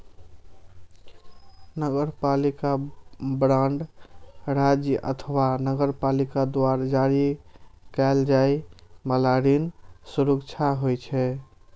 नगरपालिका बांड राज्य अथवा नगरपालिका द्वारा जारी कैल जाइ बला ऋण सुरक्षा होइ छै